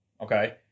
Okay